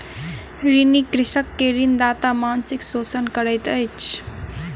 ऋणी कृषक के ऋणदाता मानसिक शोषण करैत अछि